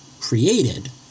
created